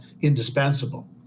indispensable